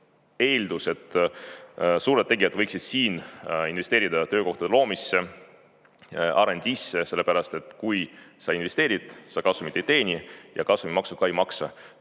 eeldus, et suured tegijad võiksid siin investeerida töökohtade loomisse, R&D-sse, sellepärast et kui sa investeerid, sa kasumit ei teeni ja kasumimaksu ka ei maksa.